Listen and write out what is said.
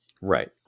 Right